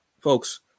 folks